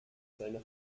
seiner